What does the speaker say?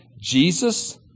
Jesus